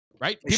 right